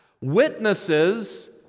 witnesses